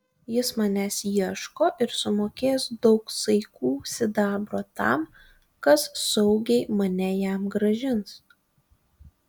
jis manęs ieško ir sumokės daug saikų sidabro tam kas saugiai mane jam grąžins